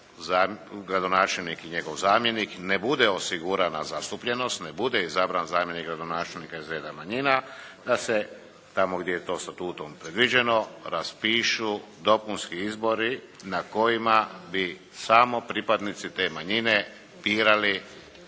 bira gradonačelnik i njegov zamjenik ne bude osigurana zastupljenost ne bude izabran zamjenik gradonačelnika iz reda manjina se tamo gdje je to statutom predviđeno raspišu dopunski izbori na kojima bi samo pripadnici te manjine birali